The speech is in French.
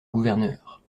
gouverneur